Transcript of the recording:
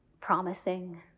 promising